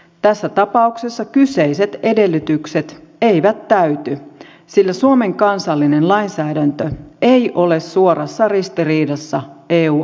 tässä tapauksessa kyseiset edellytykset eivät täyty sillä suomen kansallinen lainsäädäntö ei ole suorassa ristiriidassa eu asetuksen kanssa